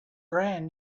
brand